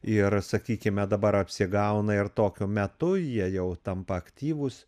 ir sakykime dabar apsigauna ir tokiu metu jie jau tampa aktyvūs